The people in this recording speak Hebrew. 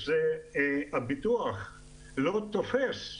הביטוח לא תופס,